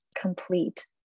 complete